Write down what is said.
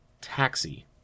Taxi